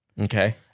Okay